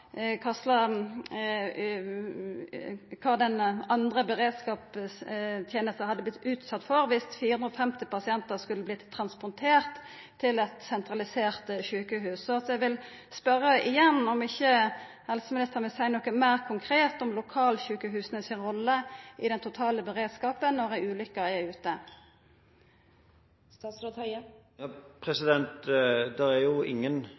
kva den andre beredskapstenesta hadde vorte utsett for om 450 pasientar skulle ha vorte transporterte til eit sentralisert sjukehus. Så eg vil igjen spørja om ikkje helseministeren vil seia noko meir konkret om lokalsjukehusa si rolle i den totale beredskapen når ei ulukke er ute. Det er ingen debatt nå om Lærdal sjukehus, så jeg oppfatter at det ikke er